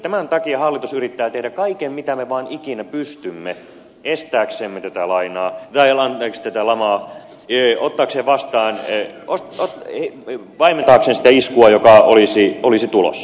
tämän takia hallitus yrittää tehdä kaiken mitä me vain ikinä pystymme estääkseenmitiltä lainaa leilan teksti telama kiihottaisi vastaan ei estääkseen tätä lamaa vaimentaakseen sitä iskua joka olisi tulossa